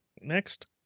next